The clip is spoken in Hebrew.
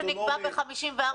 זה משהו שנקבע ב-1954,